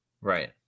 Right